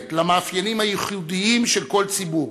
למאפיינים הייחודיים של כל ציבור,